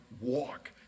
walk